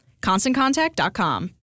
ConstantContact.com